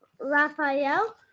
Raphael